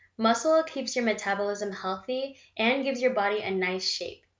muscle keeps your metabolism healthy and gives your body a nice shape.